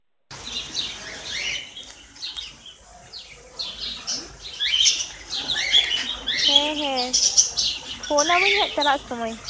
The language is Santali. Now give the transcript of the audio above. ᱦᱮᱸ ᱦᱮᱸ ᱯᱷᱳᱱᱟᱢᱤᱧ ᱦᱟᱸᱜ ᱪᱟᱞᱟᱜ ᱥᱚᱢᱚᱭ